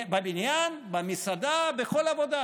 בבניין, במסעדה, בכל עבודה.